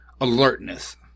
alertness